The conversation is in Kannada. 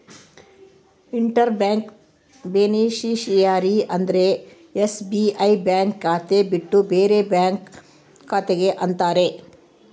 ಇಂಟರ್ ಬ್ಯಾಂಕ್ ಬೇನಿಫಿಷಿಯಾರಿ ಅಂದ್ರ ಎಸ್.ಬಿ.ಐ ಬ್ಯಾಂಕ್ ಖಾತೆ ಬಿಟ್ಟು ಬೇರೆ ಬ್ಯಾಂಕ್ ಖಾತೆ ಗೆ ಅಂತಾರ